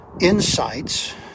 insights